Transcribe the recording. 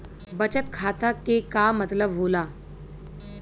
बचत खाता के का मतलब होला?